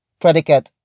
predicate